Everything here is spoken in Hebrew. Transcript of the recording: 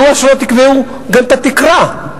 מדוע שלא תקבעו גם את התקרה?